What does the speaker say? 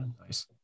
Nice